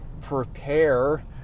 prepare